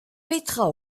petra